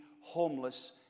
homeless